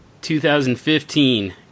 2015